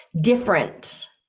different